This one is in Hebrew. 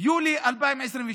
יולי 2022